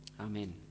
Amen